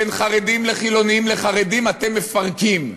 בין חרדים לחילונים לחרדים, אתם מפרקים.